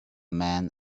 man